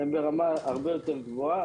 הם ברמה הרבה יותר גבוה,